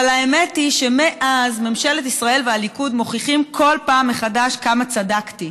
אבל האמת היא שמאז ממשלת ישראל והליכוד מוכיחות כל פעם מחדש כמה צדקתי,